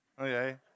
okay